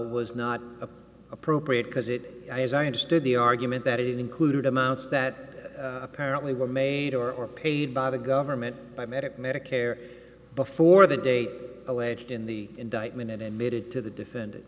was not appropriate because it is i understood the argument that it included amounts that apparently were made or paid by the government by medicaid medicare before the date alleged in the indictment it emitted to the defendant